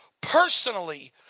personally